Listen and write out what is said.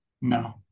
No